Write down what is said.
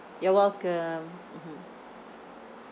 you're welcome mmhmm